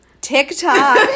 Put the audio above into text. TikTok